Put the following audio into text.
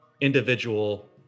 individual